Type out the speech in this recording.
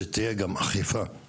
שתהיה גם אכיפה.